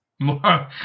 more